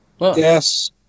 Yes